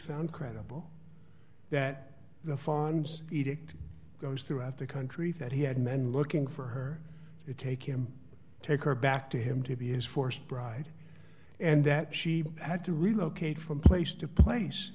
found credible that the funds edict goes throughout the country that he had men looking for her to take him take her back to him to be his forced bride and that she had to relocate from place to place